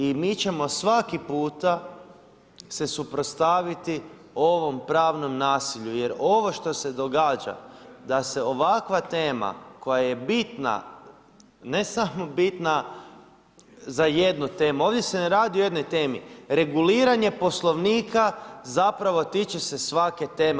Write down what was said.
I mi ćemo svaki puta se suprotstaviti ovom pravnom nasilju, jer ovo što se događa, da se ovakva tema, koja je bitna, ne samo bitna za jednu temu, ovdje se ne radi o jednoj temi, reguliranje poslovnika zapravo tiče se svake teme.